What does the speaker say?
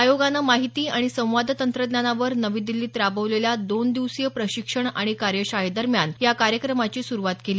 आयोगानं माहिती आणि संवाद तंत्रज्ञानावर नवी दिल्लीत राबवलेल्या दोन दिवसीय प्रशिक्षण आणि कार्यशाळेदरम्यान या कार्यक्रमाची सुरुवात केली